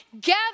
gather